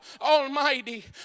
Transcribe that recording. Almighty